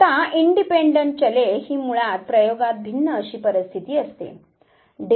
आता इनडिपेंडंट चले ही मुळात प्रयोगात भिन्न अशी परिस्थिती असते